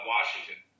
Washington